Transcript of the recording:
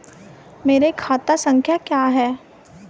मेरा खाता संख्या क्या है?